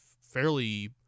fairly